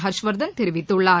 ஹர்ஷ்வர்தன் தெரிவித்துள்ளார்